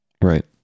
right